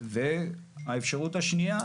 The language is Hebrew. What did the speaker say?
והאפשרות השנייה,